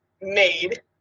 made